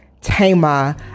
Tama